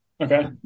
Okay